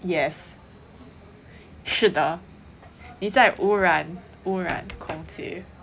yes 是的你在污染污染空气